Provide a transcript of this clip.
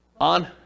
On